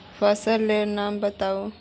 फसल लेर नाम बाताउ?